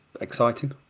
exciting